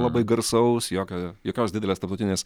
labai garsaus jokio jokios didelės tarptautinės